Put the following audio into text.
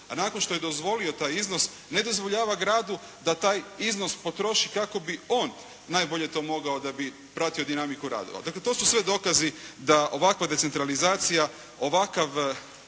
a nakon što je dozvolio taj iznos ne dozvoljava gradu da taj iznos potroši kako bi on najbolje to mogao da bi pratio dinamiku radova. Dakle, to su sve dokazi da ovakva decentralizacija, ovakav